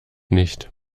nicht